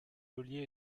ollier